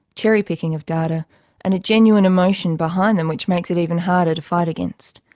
cherry picking of data and a genuine emotion behind them which makes it even harder to fight against.